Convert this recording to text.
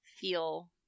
feel